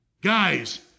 Guys